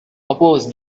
oppose